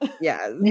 Yes